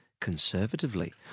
conservatively